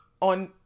on